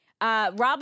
Rob